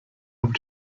able